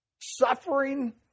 suffering